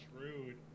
rude